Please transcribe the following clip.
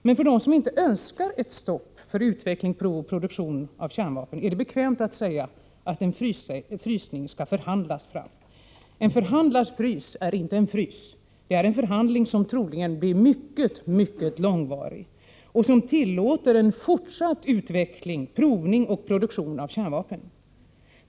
Men för dem som inte önskar ett stopp för utveckling, prov och produktion av kärnvapen är det bekvämt att säga att en frysning skall förhandlas fram. En ”förhandlad frys” är inte en verklig frysning, utan det blir troligen en synnerligen långvarig förhandling, som tillåter fortsatt utveckling, provning och produktion av kärnvapen.